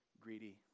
greedy